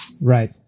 Right